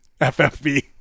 FFB